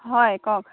হয় কওক